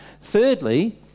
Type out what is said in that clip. Thirdly